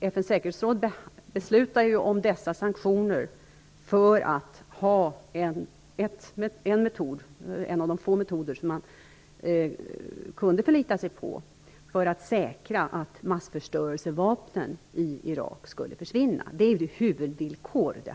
FN:s säkerhetsråd beslutade om dessa sanktioner för att ha en metod - en av de få metoder som man kunde förlita sig på - för att säkra att massförstörelsevapnen i Irak skulle försvinna. Det var huvudvillkoret.